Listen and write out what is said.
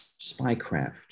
spycraft